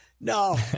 No